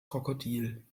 krokodil